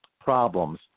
problems